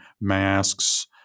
masks